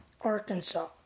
Arkansas